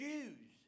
Jews